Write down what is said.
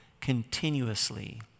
continuously